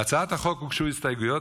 להצעת החוק הוגשו הסתייגויות,